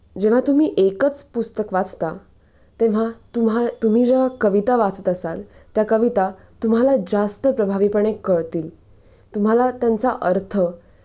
जेव्हा तुम्ही एकच पुस्तक वाचता तेव्हा तुम्हा तुम्ही जेव्हा कविता वाचत असाल त्या कविता तुम्हाला जास्त प्रभावीपणे कळतील तुम्हाला त्यांचा अर्थ